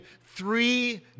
three